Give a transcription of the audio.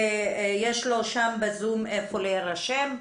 יש לו ב-zoom איפה להירשם,